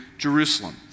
Jerusalem